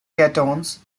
ketones